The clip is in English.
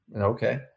Okay